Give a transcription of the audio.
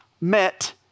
met